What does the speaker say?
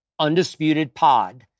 UndisputedPod